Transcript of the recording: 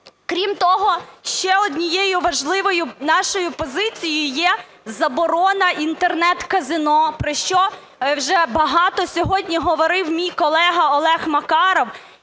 Крім того, ще однією важливою нашою позицією є заборона Інтернет-казино, про що вже багато сьогодні говорив мій колега Олег Макаров.